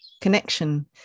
connection